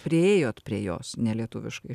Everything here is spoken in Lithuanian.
priėjot prie jos